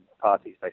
parties